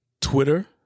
Twitter